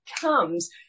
comes